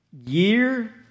Year